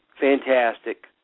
fantastic